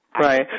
Right